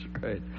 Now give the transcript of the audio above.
right